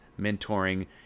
mentoring